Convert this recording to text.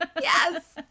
yes